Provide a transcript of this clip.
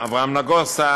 אברהם נגוסה,